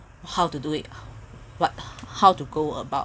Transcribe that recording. how to do it what how to go about